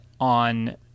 on